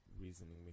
reasoning